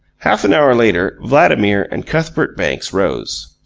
half an hour later vladimir and cuthbert banks rose.